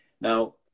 Now